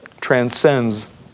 transcends